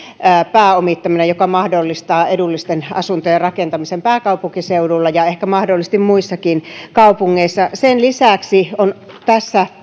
pääomittaminen joka mahdollistaa edullisten asuntojen rakentamisen pääkaupunkiseudulle ja ehkä mahdollisesti muissakin kaupungeissa sen lisäksi on tässä